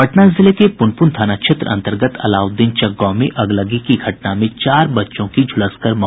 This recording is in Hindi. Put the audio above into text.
पटना जिले के पुनपुन थाना क्षेत्र अन्तर्गत अलाउद्दीनचक गांव में अगलगी की घटना में चार बच्चों की झुलसकर मौत हो गयी